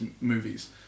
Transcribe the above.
movies